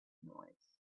noise